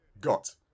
got